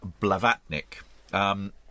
Blavatnik